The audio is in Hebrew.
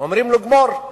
אומרים לו: גמור.